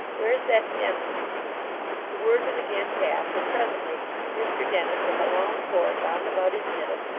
where's that dennis the word was again passed, and presently mr dennis, with a long cord bound about his middle,